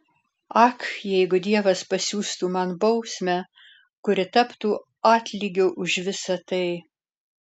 ak jeigu dievas pasiųstų man bausmę kuri taptų atlygiu už visa tai